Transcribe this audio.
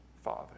Father